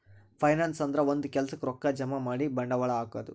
finance ಅಂದ್ರ ಒಂದ್ ಕೆಲ್ಸಕ್ಕ್ ರೊಕ್ಕಾ ಜಮಾ ಮಾಡಿ ಬಂಡವಾಳ್ ಹಾಕದು